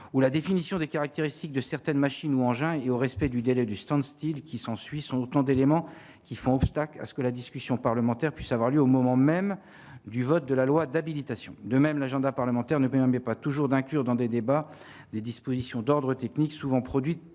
ou la définition des caractéristiques de certaines machines ou engins et au respect du délai du stand Style qui s'ensuit, sont autant d'éléments qui font obstacle à ce que la discussion parlementaire puisse avoir lieu au moment même du vote de la loi d'habilitation de même l'agenda parlementaire ne permet pas toujours d'inclure dans des débats, des dispositions d'ordre technique souvent produites